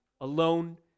alone